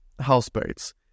houseboats